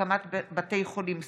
הקמת בתי חולים שדה.